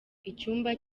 icyumba